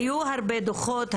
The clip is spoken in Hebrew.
היו הרבה דוחות,